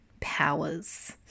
powers